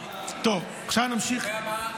יודע מה?